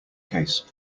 case